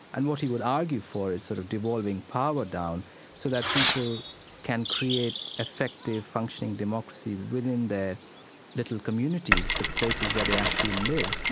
and what he would argue for is sort of devolving power down so that people can create effective, functioning democracies within their little communities, the places where they actually live,